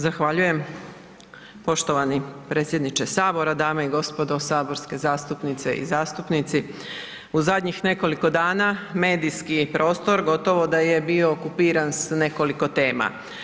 Zahvaljujem poštovani predsjedniče sabora, dame i gospodo saborske zastupnice i zastupnici, u zadnjih nekoliko dana medijski prostor gotovo da je bio okupiran s nekoliko tema.